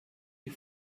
die